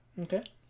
Okay